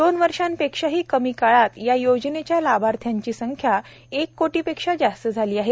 दोन वर्षांपेक्षाही कमी काळात या योजनेच्या लाभार्थ्यांची संख्या एक कोटीपेक्षा जास्त झाली आहे